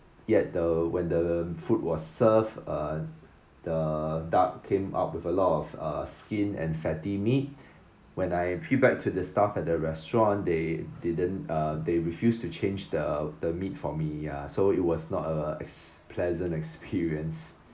yet the when the food was served uh the duck came up with a lot of uh skin and fatty meat when I feedback to the staff at the restaurant they didn't uh they refused to change the the meat for me ya so it was not a ex~ pleasant experience